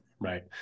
Right